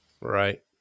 Right